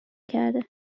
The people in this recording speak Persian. کرده